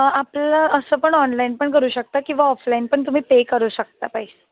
आपलं असं पण ऑनलाईन पण करू शकता किंवा ऑफलाईन पण तुम्ही पे करू शकता पैसे